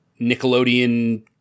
Nickelodeon